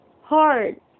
hard